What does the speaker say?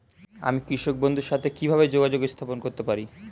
আমি কৃষক বন্ধুর সাথে কিভাবে যোগাযোগ স্থাপন করতে পারি?